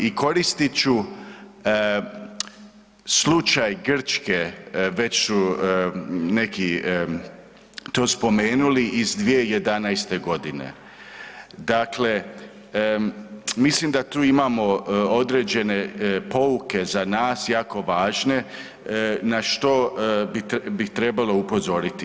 I koristit ću slučaj Grčke, već neki su to spomenuli, iz 2011.g. Dakle, mislim da tu imamo određene pouke, za nas jako važne, na što bi trebalo upozoriti.